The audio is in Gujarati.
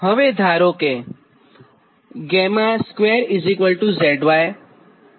હવે તમે ધારો કે 𝛾2𝑧y આ સમીકરણ 24 થશે